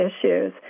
issues